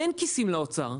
אין כיסים לאוצר.